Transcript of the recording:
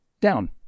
Down